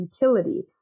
utility